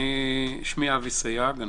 שמי אבי סייג.